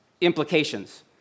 implications